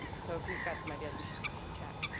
so if you've got some ideas, we should we should chat.